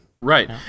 Right